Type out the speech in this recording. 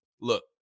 look